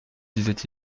disait